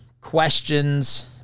questions